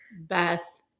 Beth